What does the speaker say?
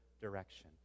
direction